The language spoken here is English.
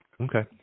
Okay